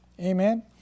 Amen